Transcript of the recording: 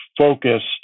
focused